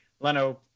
Leno